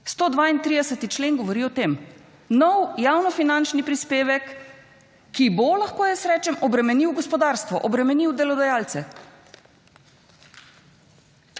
132. člen govori o tem. Nov javnofinančni prispevek, ki bo, lahko jaz rečem, obremenil gospodarstvo, obremenil delodajalce.